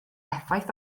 effaith